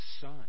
Son